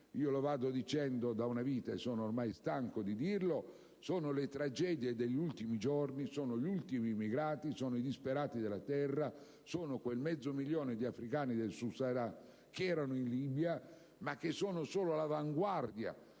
lo vado dicendo da una vita, e sono oramai stanco di ripeterlo: il problema sono le tragedie degli ultimi giorni, sono gli ultimi immigrati, sono i disperati della Terra, è il mezzo milione di africani del Sub-Sahara che era in Libia e che è solo l'avanguardia